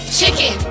Chicken